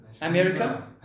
America